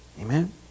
Amen